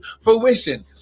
fruition